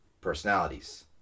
personalities